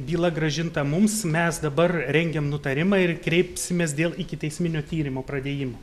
byla grąžinta mums mes dabar rengiam nutarimą ir kreipsimės dėl ikiteisminio tyrimo pradėjimo